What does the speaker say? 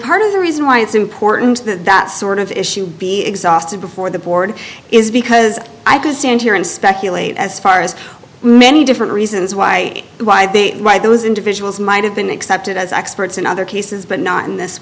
part of the reason why it's important that that sort of issue be exhausted before the board is because i can stand here and speculate as far as many different reasons why why they why those individuals might have been accepted as experts in other cases but not in this